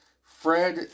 Fred